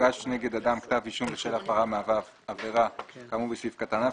הוגש נגד אדם כתב אישום בשל הפרה המהווה עבירה כאמור בסעיף קטן (א),